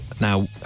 Now